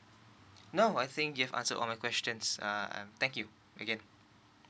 no I think you've answered all my questions err thank you again